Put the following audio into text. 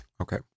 Okay